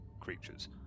Creatures